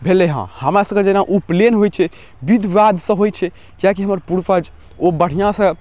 भेलै हँ हमरासभके जेना उपनैन होइ छै बिध बाधसँ होइ छै किएकि हमर पूर्वज ओ बढ़िआँसँ